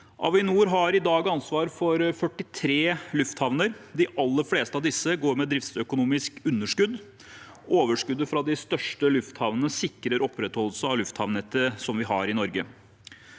Avinor har i dag ansvar for 43 lufthavner. De aller fleste av disse går med driftsøkonomisk underskudd. Overskuddet fra de største lufthavnene sikrer opprettholdelse av lufthavnnettet vi har i Norge.